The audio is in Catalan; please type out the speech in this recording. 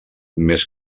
més